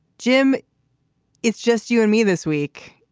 jim it's just you and me this week.